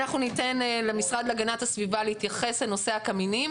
אנחנו ניתן למשרד להגנת הסביבה להתייחס לנושא הקמינים.